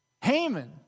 Haman